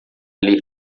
ler